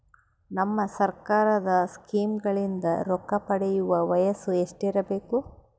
ನಮ್ಮ ಸರ್ಕಾರದ ಸ್ಕೀಮ್ಗಳಿಂದ ರೊಕ್ಕ ಪಡಿಯಕ ವಯಸ್ಸು ಎಷ್ಟಿರಬೇಕು?